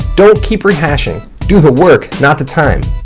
don't keep rehashing. do the work, not the time.